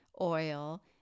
oil